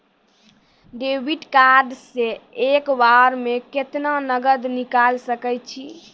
Debit card से एक बार मे केतना नगद निकाल सके छी?